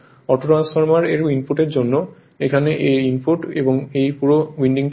autotransformer এর ইনপুটের জন্য এখানে এই ইনপুট এবং এই পুরো উইন্ডিংটি আছে